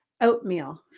oatmeal